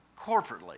corporately